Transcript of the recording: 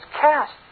cast